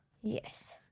Yes